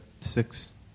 six